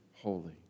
holy